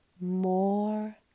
more